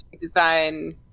design